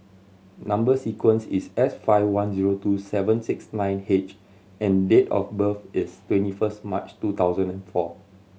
number sequence is S five one zero two seven six nine H and date of birth is twenty first March two thousand and four